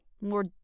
More